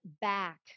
back